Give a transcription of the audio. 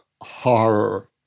horror